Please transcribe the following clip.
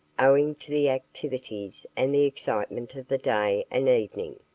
owing to the activities and the excitement of the day and evening.